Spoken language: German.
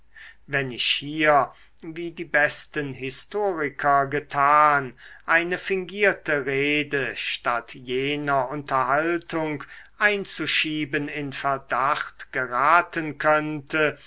wenn ich hier wie die besten historiker getan eine fingierte rede statt jener unterhaltung einzuschieben in verdacht geraten könnte